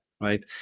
right